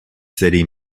city